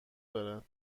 دارد